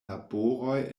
laboroj